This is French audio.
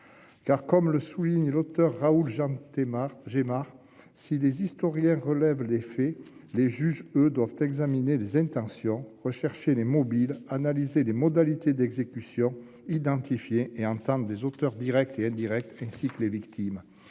Comme le souligne l'auteur Raoul Marc Jennar « si les historiens révèlent des faits, les juges, eux, doivent examiner les intentions, rechercher les mobiles, analyser les modalités d'exécution, identifier et entendre les auteurs directs et indirects ainsi que les victimes